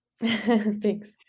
thanks